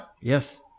Yes